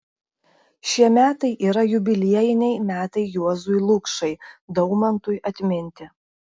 šie metai yra jubiliejiniai metai juozui lukšai daumantui atminti